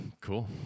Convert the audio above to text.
cool